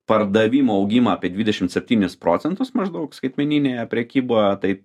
pardavimų augimą apie dvidešimt septynis procentus maždaug skaitmeninėje prekyboje tai